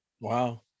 Wow